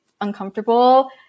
uncomfortable